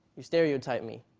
you stereotyped me.